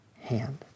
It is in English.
hand